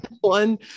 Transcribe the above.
one